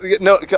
No